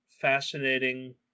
fascinating